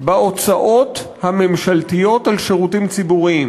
בהוצאות הממשלתיות על שירותים ציבוריים.